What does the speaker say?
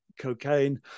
cocaine